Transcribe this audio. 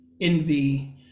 envy